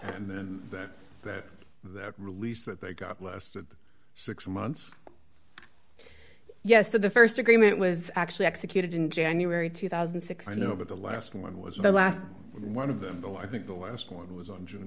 and then that that that release that they got lasted six months yes the st agreement was actually executed in january two thousand and six i know but the last one was the last one of them bill i think the last one was on june